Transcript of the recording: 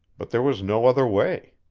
but there was no other way.